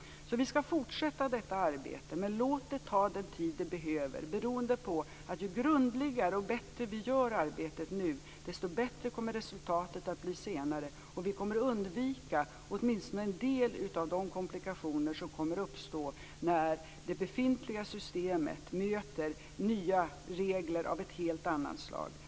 Så vi skall fortsätta detta arbete, men låt det ta den tid det behöver, beroende på att ju grundligare och bättre vi gör arbetet nu, desto bättre kommer resultatet att bli senare, och vi kommer att undvika åtminstone en del av de komplikationer som kommer att uppstå när det befintliga systemet möter nya regler av ett helt annat slag.